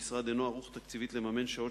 המשרד אינו ערוך תקציבית לממן שעות